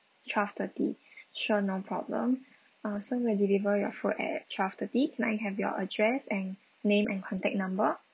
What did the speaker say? twelve thirty sure no problem uh so we'll deliver your food at twelve thirty can I have your address and name and contact number